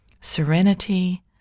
serenity